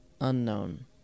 unknown